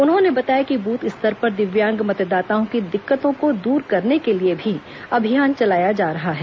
उन्होंने बताया कि बूथ स्तर पर दिव्यांग मतदाताओं की दिक्कतों को दूर करने के लिए भी अभियान चलाया जा रहा है